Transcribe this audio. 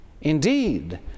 Indeed